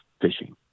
fishing